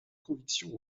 convictions